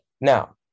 now